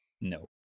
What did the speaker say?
No